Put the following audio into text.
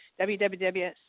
www